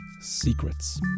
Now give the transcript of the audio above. secrets